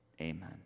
Amen